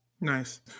Nice